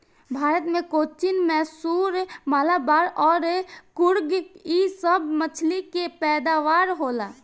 भारत मे कोचीन, मैसूर, मलाबार अउर कुर्ग इ सभ मछली के पैदावार होला